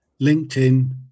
LinkedIn